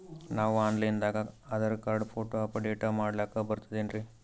ನಾವು online ದಾಗ Aadhaar card, photo upload ಮಾಡ್ಲಕ ಬರ್ತದೇನ್ರಿ?